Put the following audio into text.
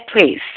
please